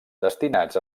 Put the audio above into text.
destinats